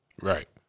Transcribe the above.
Right